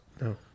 No